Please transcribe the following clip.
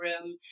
room